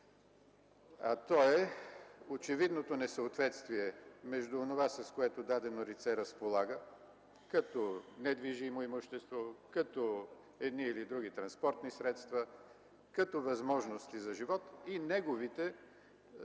а то е очевидното несъответствие между онова, с което дадено лице разполага като недвижимо имущество, като едни или други транспортни средства, като възможности за живот и неговите видими